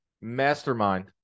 mastermind